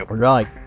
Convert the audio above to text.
Right